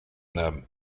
nam